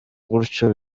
gutyo